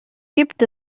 gibt